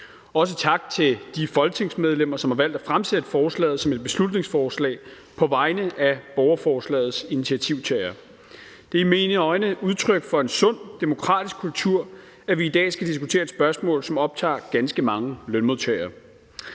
Også tak til de folketingsmedlemmer, som på vegne af borgerforslagets initiativtagere har valgt at fremsætte forslaget som et beslutningsforslag. Det er i mine øjne udtryk for en sund demokratisk kultur, at vi i dag skal diskutere et spørgsmål, som optager ganske mange lønmodtagere.